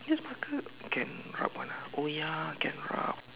this marker can rub [one] ah oh ya can rub